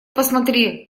посмотри